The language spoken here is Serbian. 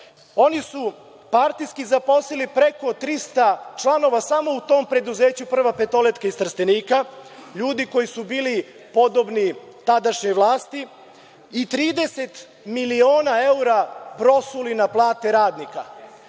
Oni su partijski zaposlili preko 300 članova samo u tom preduzeću „Prva petoletka“ iz Trstenika, ljudi koji su bili podobni tadašnjoj vlasti i 30 miliona evra prosuli na plate radnika.